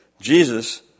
Jesus